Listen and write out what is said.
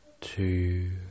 two